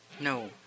No